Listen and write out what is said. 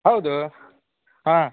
ಹೌದು ಹಾಂ